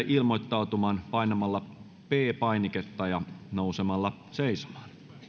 ilmoittautumaan painamalla p painiketta ja nousemalla seisomaan